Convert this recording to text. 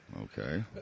Okay